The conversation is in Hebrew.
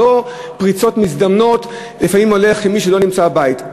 לא פריצות מזדמנות למישהו שלא נמצא בבית,